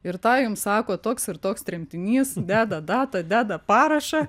ir tą jums sako toks ir toks tremtinys deda datą deda parašą